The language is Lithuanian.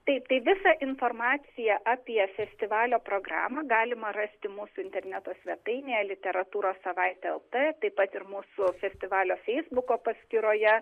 taip tai visą informaciją apie festivalio programą galima rasti mūsų interneto svetainėje literatūros savaitė lt taip pat ir mūsų festivalio feisbuko paskyroje